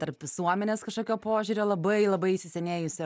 tarp visuomenės kažkokio požiūrio labai labai įsisenėjusi